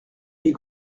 est